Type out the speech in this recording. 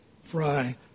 fry